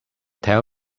tell